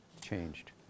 changed